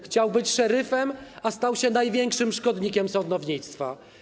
Chciał być szeryfem, a stał się największym szkodnikiem sądownictwa.